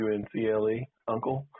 UNCLE